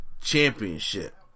championship